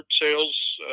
sales